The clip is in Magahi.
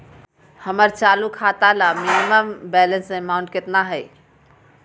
हमर चालू खाता ला मिनिमम बैलेंस अमाउंट केतना हइ?